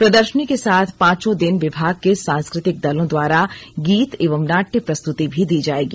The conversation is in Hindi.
प्रदर्शनी के साथ पांचों दिन विभाग के सांस्कृतिक दलों द्वारा गीत एवं नाट्य प्रस्तृति भी दी जाएगी